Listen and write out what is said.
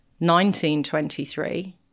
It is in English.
1923